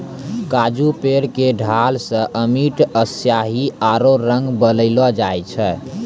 काजू पेड़ के छाल सॅ अमिट स्याही आरो रंग बनैलो जाय छै